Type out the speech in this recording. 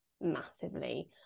massively